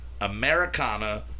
Americana